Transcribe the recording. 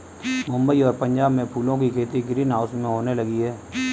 मुंबई और पंजाब में फूलों की खेती ग्रीन हाउस में होने लगी है